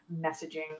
messaging